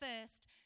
first